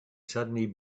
suddenly